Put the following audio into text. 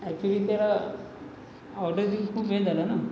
actually त्याला order देऊन खूप वेळ झाला ना